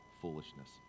foolishness